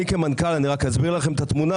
אני כמנכ"ל אני רק אסביר לכם את התמונה,